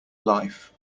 life